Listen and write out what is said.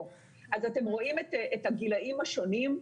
אתם רואים את הגילים השונים.